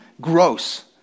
gross